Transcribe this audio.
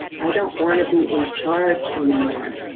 i don't wanna be in charge anymore,